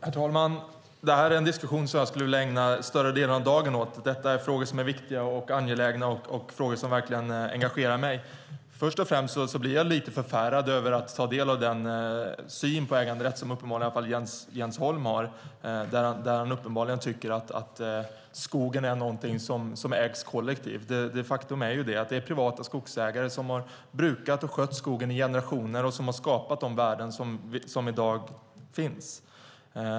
Herr talman! Det här är en diskussion som jag skulle vilja ägna större delen av dagen åt. Detta är frågor som är angelägna och verkligen engagerar mig. Jag blir lite förfärad över att ta del av den syn på äganderätt som Jens Holm uppenbarligen har. Han tycker att skogen är någonting som ägs kollektivt. Faktum är att privata skogsägare har brukat och skött skogen i generationer och skapat de värden vi har i dag.